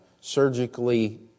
surgically